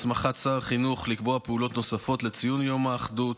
יש הסמכת שר החינוך לקבוע פעולות נוספות לציון יום האחדות.